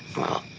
well,